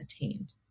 attained